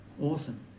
awesome